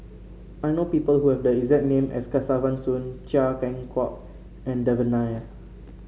I know people who have the exact name as Kesavan Soon Chia Keng Hock and Devan Nair